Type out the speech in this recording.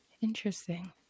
interesting